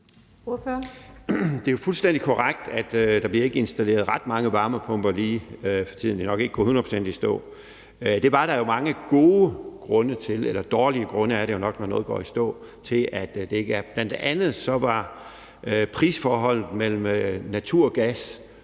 Det er fuldstændig korrekt, at der ikke bliver installeret ret mange varmepumper lige for tiden. Det er nok ikke gået hundrede procent i stå. Det var der mange gode grunde til, eller dårlige er det jo nok, når noget går i stå. Bl.a. var der prisforholdet mellem naturgas